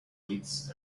suites